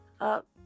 up